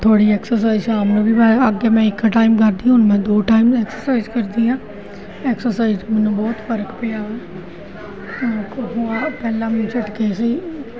ਥੋੜ੍ਹੀ ਐਕਸਰਸਾਈਜ਼ ਸ਼ਾਮ ਨੂੰ ਵੀ ਮੈਂ ਅੱਗੇ ਮੈਂ ਇੱਕ ਟਾਈਮ ਕਰਦੀ ਹੁਣ ਮੈਂ ਦੋ ਟਾਈਮ ਐਕਸਰਸਾਈਜ਼ ਕਰਦੀ ਹਾਂ ਐਕਸਰਸਾਈਜ ਮੈਨੂੰ ਬਹੁਤ ਫਰਕ ਪਿਆ ਪਹਿਲਾ ਮੈਨੂੰ ਝਟਕੇ ਸੀ